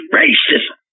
racism